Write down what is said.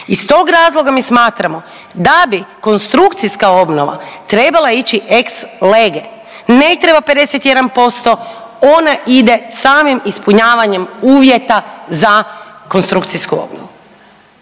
Iz tog razloga mi smatramo da bi konstrukcijska obnova trebala ići ex lege, ne treba 51%, ona ide samim ispunjavanjem uvjeta za konstrukcijsku obnovu